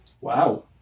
Wow